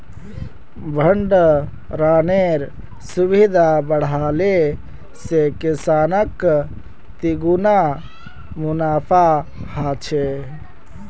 भण्डरानेर सुविधा बढ़ाले से किसानक तिगुना मुनाफा ह छे